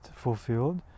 fulfilled